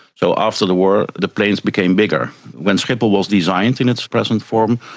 so after the war the plains became bigger. when schiphol was designed in its present form,